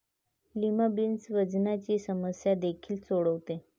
lima beans वजनाची समस्या देखील सोडवते